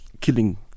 killing